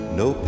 no